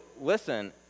listen